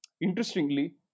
Interestingly